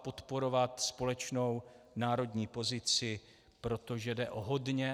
Podporovat společnou národní pozici, protože jde o hodně.